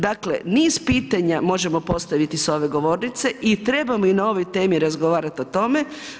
Dakle, niz pitanja možemo postaviti s ove govornice i trebamo na ovoj temi razgovarati o tome.